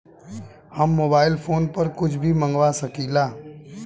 हम mobile phone पर कुछ भी मंगवा सकिला?